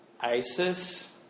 ISIS